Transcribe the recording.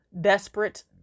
desperate